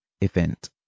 event